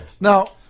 Now